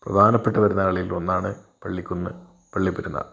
പ്രധാനപ്പെട്ട പെരുന്നാളിൽ ഒന്നാണ് പള്ളിക്കുന്ന് പള്ളിപ്പെരുന്നാൾ